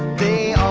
the